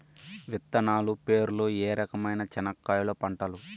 విత్తనాలు పేర్లు ఏ రకమైన చెనక్కాయలు పంటలు?